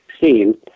seen